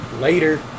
Later